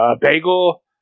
bagel